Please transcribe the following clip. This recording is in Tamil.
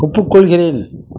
ஒப்புக்கொள்கிறேன்